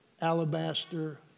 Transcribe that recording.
alabaster